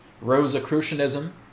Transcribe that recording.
Rosicrucianism